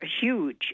huge